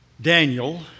Daniel